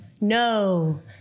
No